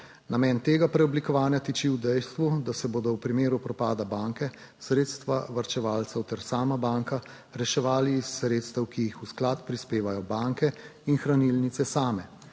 Namen tega preoblikovanja tiči v dejstvu, da se bodo v primeru propada banke sredstva varčevalcev ter sama banka reševali iz sredstev, ki jih v sklad prispevajo banke in hranilnice. Same